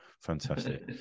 Fantastic